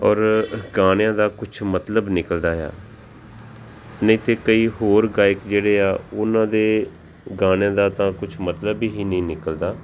ਔਰ ਗਾਣਿਆਂ ਦਾ ਕੁਛ ਮਤਲਬ ਨਿਕਲਦਾ ਆ ਨਹੀਂ ਤਾਂ ਕਈ ਹੋਰ ਗਾਇਕ ਜਿਹੜੇ ਆ ਉਹਨਾਂ ਦੇ ਗਾਣਿਆਂ ਦਾ ਤਾਂ ਕੁਛ ਮਤਲਬ ਹੀ ਨਹੀਂ ਨਿਕਲਦਾ